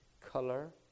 color